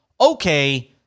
okay